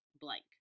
blank